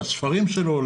לספרים שלו,